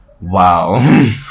Wow